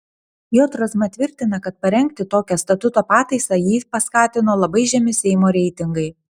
j razma tvirtina kad parengti tokią statuto pataisą jį paskatino labai žemi seimo reitingai